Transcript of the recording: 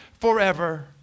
forever